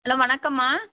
hello வணக்கம்மா